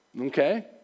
Okay